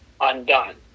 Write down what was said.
undone